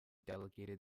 delegated